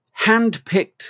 handpicked